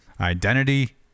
identity